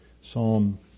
Psalm